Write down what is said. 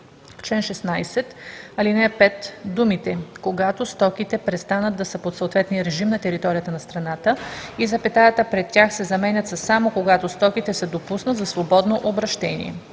чл. 16, ал. 5 думите „когато стоките престанат да са под съответния режим на територията на страната“ и запетаята пред тях се заменят със „само когато стоките се допуснат за свободно обращение“.